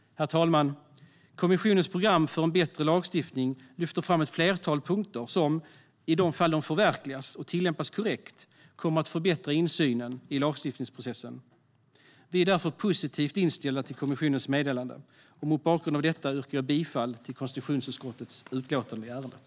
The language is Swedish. Herr talman! Kommissionens program för en bättre lagstiftning lyfter fram ett flertal punkter som i det fall de förverkligas och tillämpas korrekt kommer att förbättra insynen i lagstiftningsprocessen. Vi är därför positivt inställda till kommissionens meddelande. Mot bakgrund av detta yrkar jag bifall till konstitutionsutskottets förslag i utlåtandet.